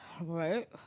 right